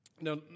Now